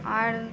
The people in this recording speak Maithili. आओर